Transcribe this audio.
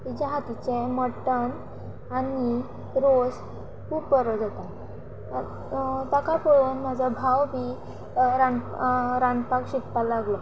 तिच्या हातीचे मट्टन आनी रोस खूब बरो जाता ताका पळोवन म्हजो भाव बी रांदप रांदपाक शिकपा लागलो